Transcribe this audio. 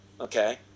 Okay